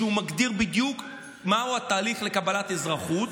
והוא מגדיר בדיוק את התהליך לקבלת אזרחות.